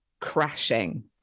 crashing